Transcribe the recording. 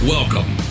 Welcome